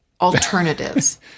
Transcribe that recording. alternatives